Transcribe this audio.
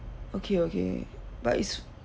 okay okay but it's